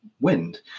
wind